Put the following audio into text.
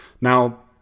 Now